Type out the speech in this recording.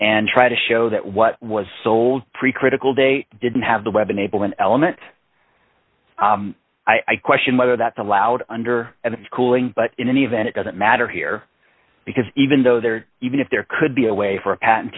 and try to show that what was sold pre critical data didn't have the web enable an element i question whether that's allowed under schooling but in any event it doesn't matter here because even though there even if there could be a way for a pat